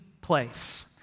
place